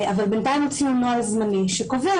אבל בינתיים הוציאו נוהל זמני שקובע